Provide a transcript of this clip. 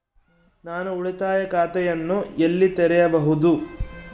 ನಾನು ಉಳಿತಾಯ ಖಾತೆಯನ್ನು ಎಲ್ಲಿ ತೆರೆಯಬಹುದು?